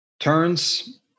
Turns